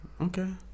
Okay